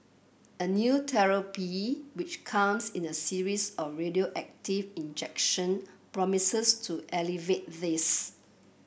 a new therapy which comes in a series of radioactive injection promises to alleviate this